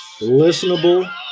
Listenable